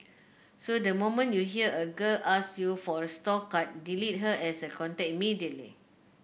so the moment you hear a girl ask you for a store card delete her as a contact immediately